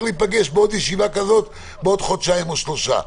להיפגש לעוד ישיבה כזאת בעוד חודשיים או שלושה.